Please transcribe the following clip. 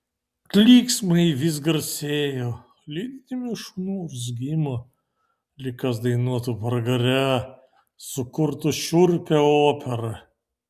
klyksmai vis garsėjo lydimi šunų urzgimo lyg kas dainuotų pragare sukurtą šiurpią operą